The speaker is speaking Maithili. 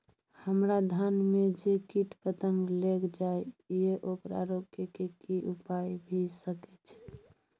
हमरा धान में जे कीट पतंग लैग जाय ये ओकरा रोके के कि उपाय भी सके छै?